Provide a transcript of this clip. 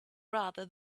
rather